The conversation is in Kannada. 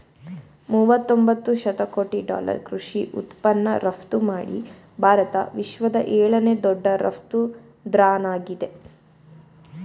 ಮೂವತೊಂಬತ್ತು ಶತಕೋಟಿ ಡಾಲರ್ ಕೃಷಿ ಉತ್ಪನ್ನ ರಫ್ತುಮಾಡಿ ಭಾರತ ವಿಶ್ವದ ಏಳನೇ ದೊಡ್ಡ ರಫ್ತುದಾರ್ನಾಗಿದೆ